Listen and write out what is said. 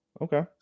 Okay